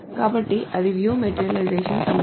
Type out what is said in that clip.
కాబట్టి అది view materialization సమస్య